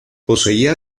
poseía